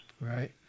Right